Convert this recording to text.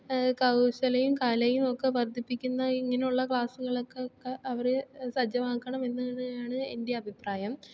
കൗശലയും കലയും ഒക്കെ വർദ്ധിപ്പിക്കുന്ന ഇങ്ങനെയുള്ള ക്ലാസ്കള്ക്കൊക്കെ അവരെ സജ്ജമാക്കണം എന്നുതന്നെയാണ് എൻ്റെ അഭിപ്രായം